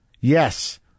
Yes